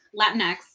Latinx